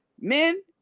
Men